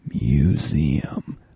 museum